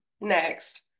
next